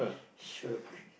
shiok